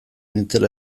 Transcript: nintzela